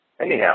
Anyhow